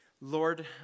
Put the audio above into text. Lord